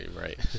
Right